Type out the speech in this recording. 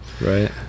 right